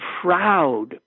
proud